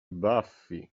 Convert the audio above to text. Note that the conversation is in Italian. baffi